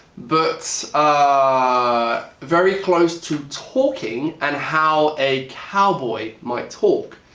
but ah very close to talking and how a cowboy might talk.